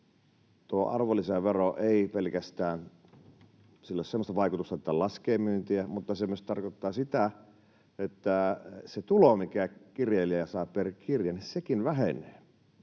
että arvonlisäverolla ei ole pelkästään semmoista vaikutusta, että se laskee myyntiä, mutta se myös tarkoittaa sitä, että se tulo, minkä kirjailija saa per kirja, vähenee